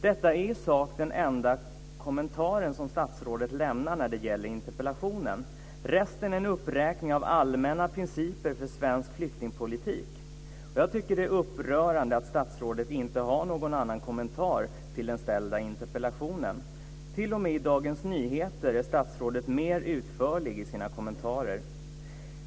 Detta är i sak den enda kommentaren som statsrådet lämnar när det gäller interpellationen. Resten är en uppräkning av allmänna principer för svensk flyktingpolitik. Jag tycker att det är upprörande att statsrådet inte har någon annan kommentar till den ställda interpellationen. T.o.m. i Dagens Nyheter är statsrådet mer utförlig i sina kommentarer.